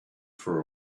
for